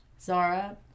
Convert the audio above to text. Zara